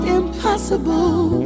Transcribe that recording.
impossible